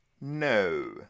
No